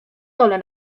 dole